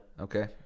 Okay